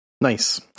Nice